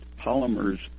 polymers